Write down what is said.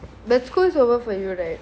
but schools over for you right